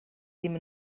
ddim